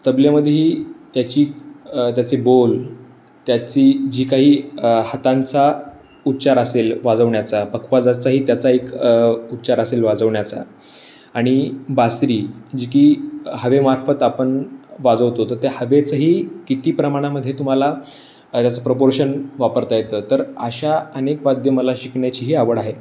तबल्यामध्येही त्याची त्याचे बोल त्याची जी काही हातांचा उच्चार असेल वाजवण्याचा पखवाजाचाही त्याचा एक उच्चार असेल वाजवण्याचा आणि बासरी जी की हवेमार्फत आपण वाजवतो तर त्या हवेचंही किती प्रमाणामध्ये तुम्हाला त्याचं प्रपोर्शन वापरता येतं तर अशा अनेक वाद्यं मला शिकण्याचीही आवड आहे